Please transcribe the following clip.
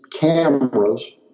cameras